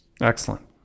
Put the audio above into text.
Excellent